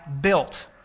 built